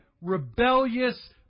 rebellious